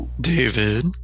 David